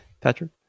patrick